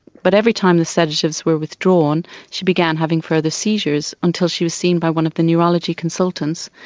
but every time the sedatives were withdrawn she began having further seizures, until she was seen by one of the neurology consultants.